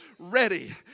ready